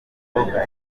urugerero